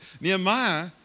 Nehemiah